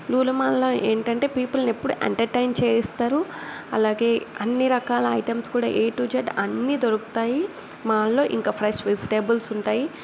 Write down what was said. లులు మాల్లో ఏంటంటే పీపుల్ని ఎప్పుడు ఎంటర్టైన్ చేస్తారు అలాగే అన్నీ రకాల ఐటమ్స్ కూడా ఏ టూ జెడ్ అన్నీ దొరుకుతాయి మాల్లో ఇంకా ఫ్రెష్ విజిటేబుల్స్ ఉంటాయి